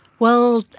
well,